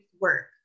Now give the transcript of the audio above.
work